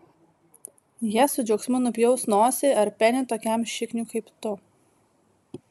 jie su džiaugsmu nupjaus nosį ar penį tokiam šikniui kaip tu